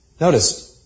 Notice